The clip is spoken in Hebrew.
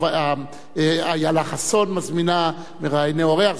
איילה חסון מזמינה מראיין אורח.